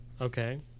Okay